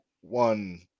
one